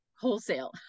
wholesale